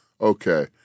okay